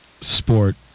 sport